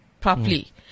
properly